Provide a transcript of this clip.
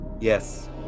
yes